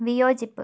വിയോജിപ്പ്